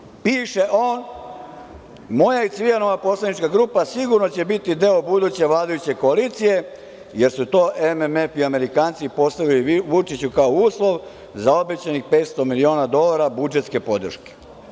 Pa, kažu ovako – piše on, moja i Cvijanova poslanička grupa sigurno će biti deo buduće vladajuće koalicije, jer su to MMF i Amerikanci postavili Vučiću kao uslov za obećani 500 miliona dolara budžetske podrške.